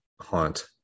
haunt